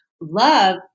Love